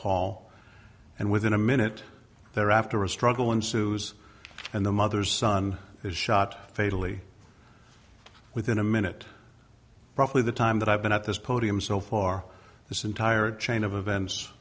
call and within a minute there after a struggle ensued and the mother's son is shot fatally within a minute roughly the time that i've been at this podium so far this entire chain of events